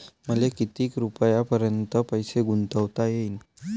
मले किती रुपयापर्यंत पैसा गुंतवता येईन?